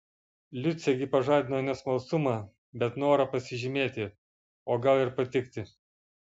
liucė gi pažadino ne smalsumą bet norą pasižymėti o gal ir patikti